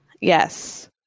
Yes